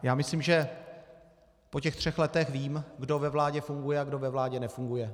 Já myslím, že po třech letech vím, kdo ve vládě funguje a kdo ve vládě nefunguje.